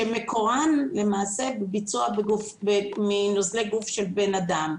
שמקורן למעשה בביצוע מנוזלי גוף של בן אדם.